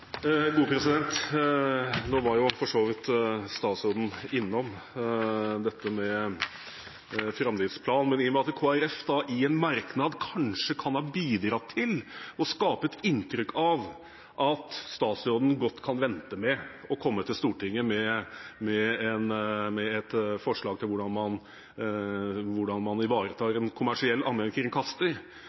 vidt innom dette med framdriftsplan, men i og med at Kristelig Folkeparti i en merknad kanskje kan ha bidratt til å skape et inntrykk av at statsråden godt kan vente med å komme til Stortinget med et forslag til hvordan man ivaretar en kommersiell